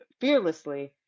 fearlessly